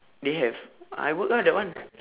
they have I work lah that one